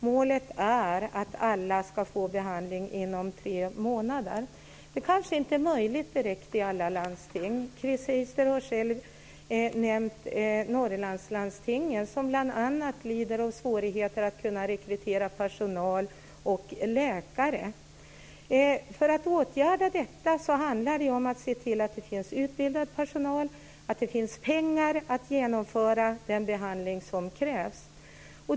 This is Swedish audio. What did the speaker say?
Målet är att alla ska få behandling inom tre månader. Det kanske inte är möjligt direkt i alla landsting. Chris Heister har själv nämnt Norrlandslandstingen, som bl.a. lider av svårigheter att rekrytera läkare och annan personal. För att åtgärda detta handlar det om att se till att det finns utbildad personal och att det finns pengar för att genomföra den behandling som krävs.